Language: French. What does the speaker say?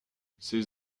ses